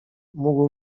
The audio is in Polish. mógł